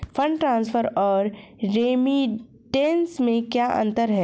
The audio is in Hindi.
फंड ट्रांसफर और रेमिटेंस में क्या अंतर है?